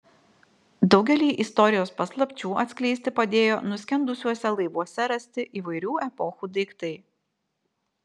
daugelį istorijos paslapčių atskleisti padėjo nuskendusiuose laivuose rasti įvairių epochų daiktai